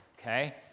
okay